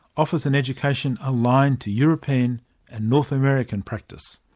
offers an education aligned to european and north american practice.